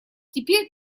теперь